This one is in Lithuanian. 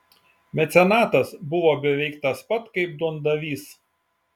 mecenatas buvo beveik tas pat kaip duondavys